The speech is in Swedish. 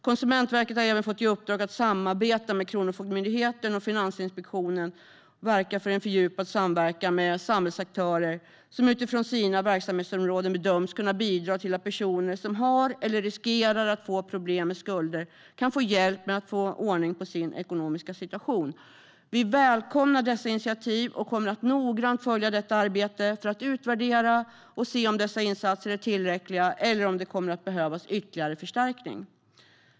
Konsumentverket har även fått i uppdrag att samarbeta med Kronofogdemyndigheten och Finansinspektionen och verka för en fördjupad samverkan med samhällsaktörer som utifrån sina verksamhetsområden bedöms kunna bidra till att personer som har eller riskerar att få problem med skulder kan få hjälp med att få ordning på sin ekonomiska situation. Vi välkomnar dessa initiativ och kommer noggrant att följa detta arbete för att utvärdera och se om dessa insatser är tillräckliga eller om det behövs ytterligare förstärkning.